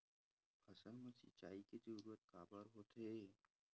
फसल मा सिंचाई के जरूरत काबर होथे?